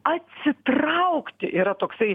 atsitraukti yra toksai